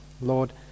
Lord